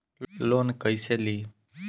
Loan कईसे ली?